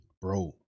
Bro